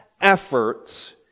efforts